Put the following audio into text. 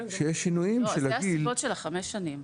אלה הסיבות ל-5 שנים.